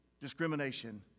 discrimination